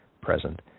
present